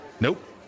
Nope